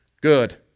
good